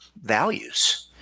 values